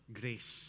grace